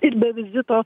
ir be vizito